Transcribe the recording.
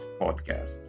podcast